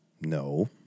No